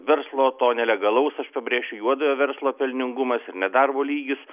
verslo to nelegalaus aš pabrėšiu juodojo verslo pelningumas ir nedarbo lygis